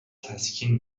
تسکین